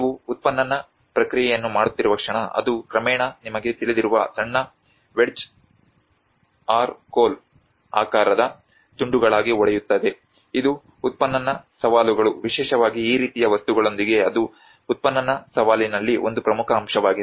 ನೀವು ಉತ್ಖನನ ಪ್ರಕ್ರಿಯೆಯನ್ನು ಮಾಡುತ್ತಿರುವ ಕ್ಷಣ ಅದು ಕ್ರಮೇಣ ನಿಮಗೆ ತಿಳಿದಿರುವ ಸಣ್ಣ ವೆಡ್ಜ್ಕೋಲು ಆಕಾರದ ತುಂಡುಗಳಾಗಿ ಒಡೆಯುತ್ತದೆ ಇದು ಉತ್ಖನನ ಸವಾಲುಗಳು ವಿಶೇಷವಾಗಿ ಈ ರೀತಿಯ ವಸ್ತುಗಳೊಂದಿಗೆ ಅದು ಉತ್ಖನನ ಸವಾಲಿನಲ್ಲಿ ಒಂದು ಪ್ರಮುಖ ಅಂಶವಾಗಿದೆ